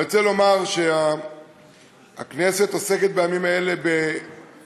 אני רוצה לומר שהכנסת עוסקת בימים אלה באופן